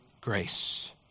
grace